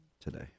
today